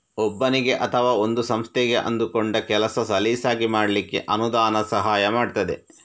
ಒಬ್ಬನಿಗೆ ಅಥವಾ ಒಂದು ಸಂಸ್ಥೆಗೆ ಅಂದುಕೊಂಡ ಕೆಲಸ ಸಲೀಸಾಗಿ ಮಾಡ್ಲಿಕ್ಕೆ ಅನುದಾನ ಸಹಾಯ ಮಾಡ್ತದೆ